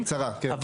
בוא, בקצרה, כן?